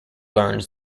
learns